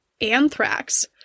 anthrax